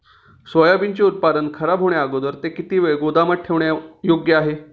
सोयाबीनचे उत्पादन खराब होण्याअगोदर ते किती वेळ गोदामात ठेवणे योग्य आहे?